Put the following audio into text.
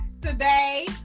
today